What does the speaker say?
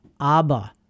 Abba